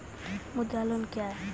मुद्रा लोन क्या हैं?